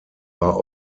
war